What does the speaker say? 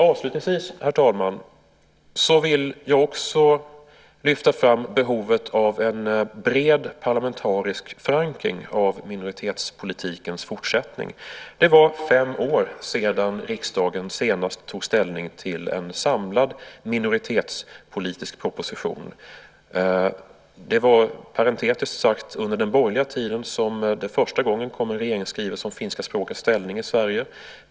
Avslutningsvis vill jag lyfta fram behovet av en bred parlamentarisk förankring av minoritetspolitikens fortsättning. Det var fem år sedan riksdagen senast tog ställning till en samlad minoritetspolitisk proposition. Det var parentetiskt sagt under den borgerliga tiden som det första gången kom en regeringsskrivelse om finska språkets ställning i Sverige.